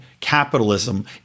Capitalism